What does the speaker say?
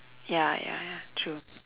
ya ya ya true